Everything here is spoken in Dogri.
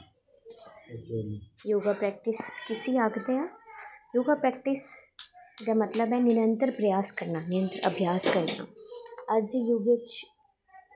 योगा प्रेक्टिस किसी आखदे ऐ योगा प्रेक्टिस दा मतलब ऐ निरंतर प्रयास करना निरंतर अभ्यास करना अस योगे च